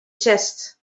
chest